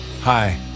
Hi